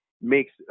makes